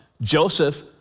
Joseph